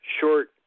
short